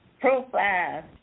profile